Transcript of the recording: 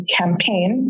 campaign